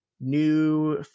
new